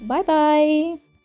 Bye-bye